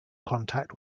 contact